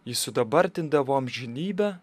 ji sudabartindavo amžinybę